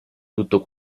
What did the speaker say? tutto